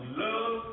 love